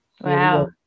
Wow